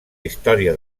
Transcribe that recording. història